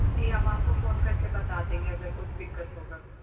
जी हम आपको फ़ोन करके बता देंगे अगर कुछ दिक्कत होगा तो